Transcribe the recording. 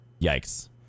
yikes